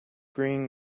green